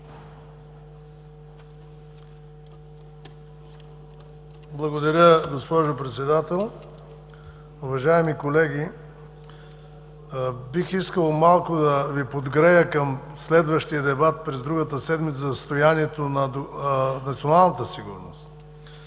Благодаря, госпожо Председател. Уважаеми колеги, бих искал малко да Ви подгрея към следващия дебат през другата седмица – за състоянието на националната сигурност.